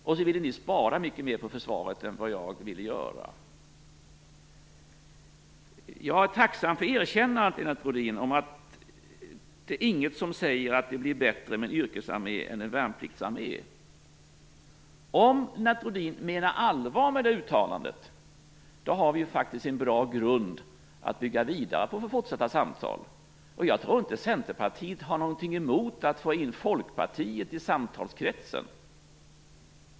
Dessutom ville ni spara mycket mer på försvaret än vad jag ville göra. Jag är tacksam för erkännandet att inget säger att det blir bättre med en yrkesarmé än en värnpliktsarmé. Om Lennart Rohdin menar allvar med det uttalandet har vi faktiskt en bra grund att bygga vidare på för fortsatta samtal. Jag tror inte att Centerpartiet har någonting emot att få in Folkpartiet i samtalskretsen.